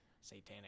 satanic